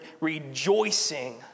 rejoicing